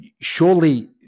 Surely